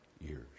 years